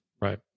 Right